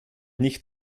nicht